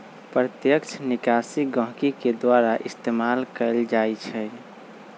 प्रत्यक्ष निकासी गहकी के द्वारा इस्तेमाल कएल जाई छई